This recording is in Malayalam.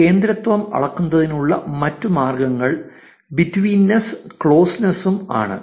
കേന്ദ്രത്വം അളക്കുന്നതിനുള്ള മറ്റ് മാർഗ്ഗങ്ങൾ ബിറ്റ്വീനസ് ഉം ക്ലോസ്നെസ്സ് ഉം ആണ്